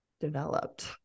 developed